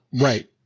Right